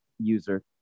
user